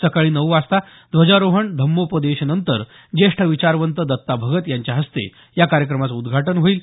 सकाळी नऊ वाजता ध्वजारोहन धम्मोपदेशनंतर ज्येष्ठ विचारवंत दत्ता भगत यांच्या हस्ते या कार्यक्रमाचं उद्घाटन होईल